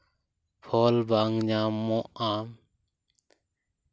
ᱯᱷᱚᱞ ᱵᱟᱝ ᱧᱟᱢᱚᱜᱼᱟ